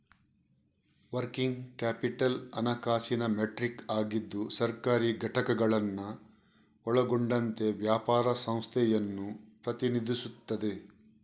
working capital ಹಣಕಾಸಿನ metric ಆಗಿದ್ದು ಸರ್ಕಾರಿ ಘಟಕಗಳನ್ನು ಒಳಗೊಂಡಂತೆ ವ್ಯಾಪಾರ ಸಂಸ್ಥೆಯನ್ನು ಪ್ರತಿನಿಧಿಸುತ್ತದೆ